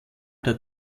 der